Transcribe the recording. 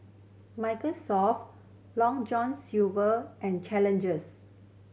Microsoft Long John Silver and Challengers